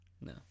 No